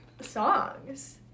songs